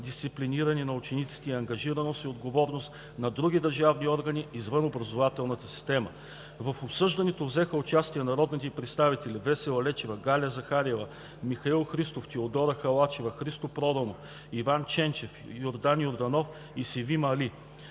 дисциплиниране на учениците и ангажираност и отговорност на други държавни органи извън образователната система. В обсъждането взеха участие народните представители Весела Лечева, Галя Захариева, Михаил Христов, Теодора Халачева, Христо Проданов, Иван Ченчев, Йордан Йорданов и Севим Али.